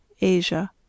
Asia